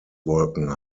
wolken